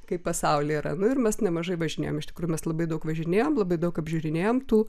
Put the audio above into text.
kaip pasaulyje yra nu ir mes nemažai važinėjom iš tikrųjų mes labai daug važinėjom labai daug apžiūrinėjom tų